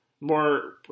More